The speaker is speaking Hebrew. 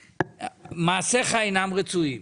מעשיך אינם רצויים,